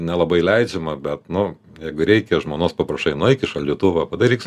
nelabai leidžiama bet nu jeigu reikia žmonos paprašai nueik į šaldytuvą padaryk